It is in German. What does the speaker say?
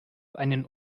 einen